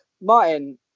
Martin